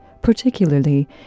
particularly